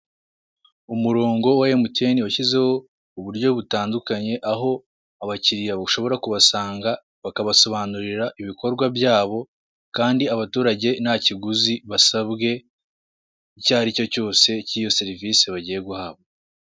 Umurongo wa Mtn washyizeho uburyo butandukanye aho abakiriya bushobora kubasanga bakabasobanurira ibikorwa byabo, kandi abaturage nta kiguzi basabwe icyo aricyo cyose k'iyo serivise bagiye guhabwa.